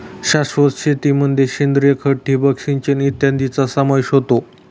शाश्वत शेतीमध्ये सेंद्रिय खत, ठिबक सिंचन इत्यादींचा समावेश होतो